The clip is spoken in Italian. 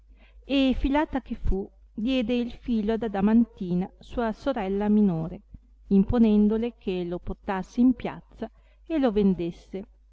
e filata che fu diede il filo ad adamantina sua sorella minore imponendole che lo portasse in piazza e lo vendesse